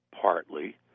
partly